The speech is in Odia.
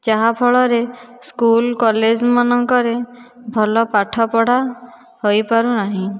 ଯାହା ଫଳରେ ସ୍କୁଲ କଲେଜ ମାନଙ୍କରେ ଭଲ ପାଠପଢ଼ା ହୋଇ ପାରୁନାହିଁ